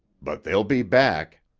but they'll be back.